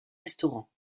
restaurants